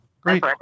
Great